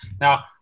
Now